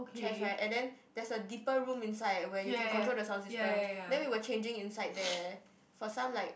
chairs right and then there's a deeper room inside where you can control the sound system then we were changing inside there for some like